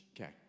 Okay